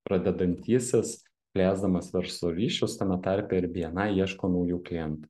pradedantysis plėsdamas verslo ryšius tame tarpe ir bni ieško naujų klientų